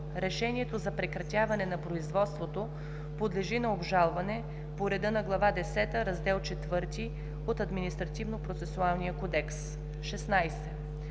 „Решението за прекратяване на производството подлежи на обжалване по реда на Глава десета, Раздел IV от Административнопроцесуалния кодекс.“ 16.